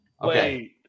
Wait